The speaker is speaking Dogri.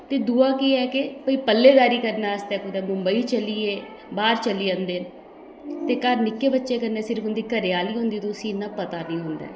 ते दूआ केह् ऐ कि कोई पल्लेदारी करने आस्तै कुतै मुंबई चली ऐ बाह्र चली जंदे ते घर निक्के बच्चे कन्नै घरै आह्ली होंदी ते उस्सी इ'न्ना पता निं होंदा ऐ